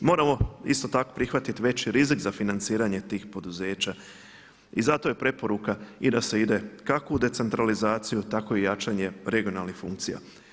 Moramo isto tako prihvatiti veći rizik za financiranje tih poduzeća i zato je preporuka i da se ide kako u decentralizaciju, tako i jačanje regionalnih funkcija.